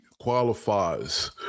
qualifies